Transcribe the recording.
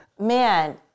Man